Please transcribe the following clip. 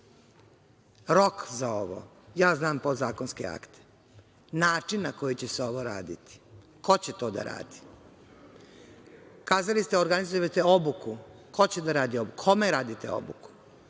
Rok za ovo, ja znam podzakonske akte, način na koji će se ovo raditi, ko će to da radi. Kazali ste - organizujete obuku. Ko će da radi obuku? Kome radite obuku?